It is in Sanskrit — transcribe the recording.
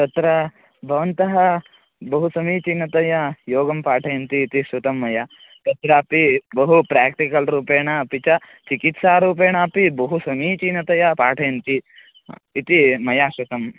तत्र भवन्तः बहु समीचीनतया योगं पाठयन्ति इति श्रुतं मया तत्रापि बहु प्र्याक्टिकल् रूपेण अपि च चिकित्सा रूपेणापि बहु समीचीनतया पाठयन्ति इति मया श्रुतं